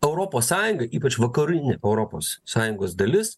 europos sąjunga ypač vakarinė europos sąjungos dalis